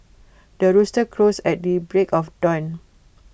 the rooster crows at the break of dawn